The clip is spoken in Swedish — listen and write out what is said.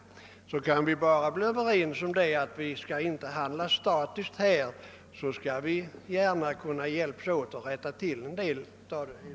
Om vi kan vara överens om att vi inte skall handla statiskt kan vi säkerligen hjälpas åt att rätta till felaktigheterna.